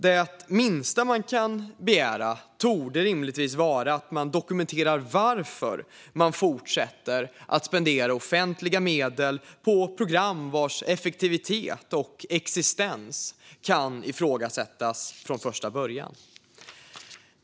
Det minsta som kan begäras torde rimligtvis vara att man dokumenterar varför man fortsätter att spendera offentliga medel på program vars effektivitet och existens kan ifrågasättas från första början.